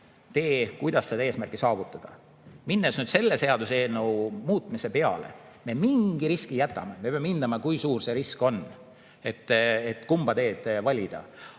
tee, kuidas eesmärki saavutada. Minnes seaduseelnõu muutmise peale, me mingi riski jätame ja me peame hindama, kui suur see risk on, et kumb tee valida.